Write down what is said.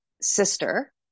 sister